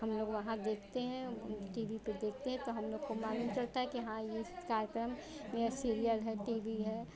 हम लोग वहाँ देखते हैं टी वी पर देखते हैं तो हम लोग को मालूम चलता है के हाँ यह कार्यक्रम यह सीरीअल है टी वी है